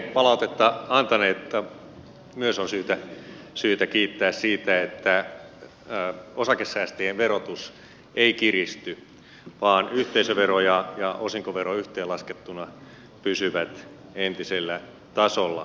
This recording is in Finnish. kaikkia palautetta antaneita on myös syytä kiittää siitä että osakesäästäjien verotus ei kiristy vaan yhteisövero ja osinkovero yhteenlaskettuna pysyvät entisellä tasollaan